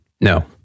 No